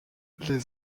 les